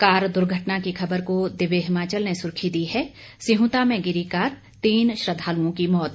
car दुर्घटना की खबर को दिव्य हिमाचल ने सुर्खी दी है सिहुंता में गिरी कार तीन श्रद्दालुओं की मौत